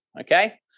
okay